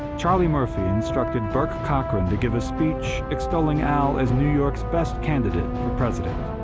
charlie murphy instructed bourke cockran to give a speech extolling al as new york's best candidate for president,